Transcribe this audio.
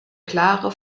klare